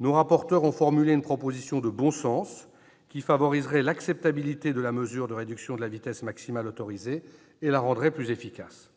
Nos rapporteurs ont formulé une proposition de bon sens qui favoriserait l'acceptabilité de la mesure de réduction de la vitesse maximale autorisée et la rendrait plus efficace.